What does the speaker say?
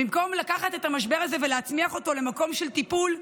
במקום לקחת את המשבר הזה ולהצמיח אותו למקום של טיפול,